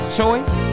choice